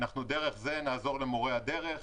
דרך זה אנחנו נעזור למורי הדרך,